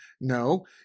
No